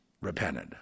repented